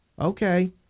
Okay